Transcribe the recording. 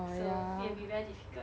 so it will be very difficult